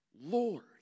Lord